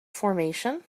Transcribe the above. formation